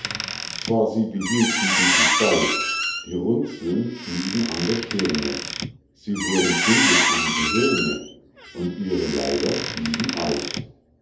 zwar sie behielten die gestalt die runzeln blieben an der stirne sie wurden kindisch am gehirne und ihre leiber blieben alt